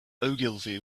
ogilvy